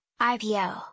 IPO